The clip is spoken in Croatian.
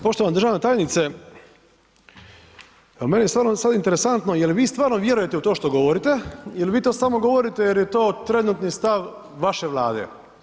Poštovana državna tajnice meni je stvarno sada interesantno jel' vi stvarno vjerujete u to što govorite ili vi to samo govorite jer je to trenutni stav vaše Vlade?